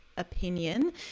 opinion